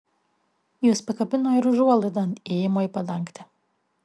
jis pakabino ir užuolaidą ant įėjimo į padangtę